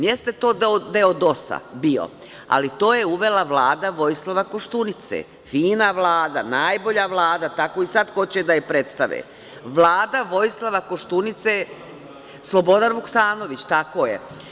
Jeste to deo DOS bio, ali to je uvela Vlada Vojislava Koštunice, fina Vlada, najbolja Vlada, tako i sad hoće da je predstave, Vlada Vojislava Koštunice… (Aleksandar Martinović: Slobodan Vuksanović.) Slobodan Vuksanović, tako je.